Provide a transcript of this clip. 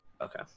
Okay